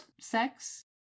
sex